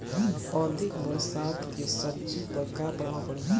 अधिक बरसात के सब्जी पर का प्रभाव पड़ी?